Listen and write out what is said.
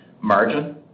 margin